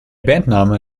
bandname